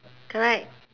correct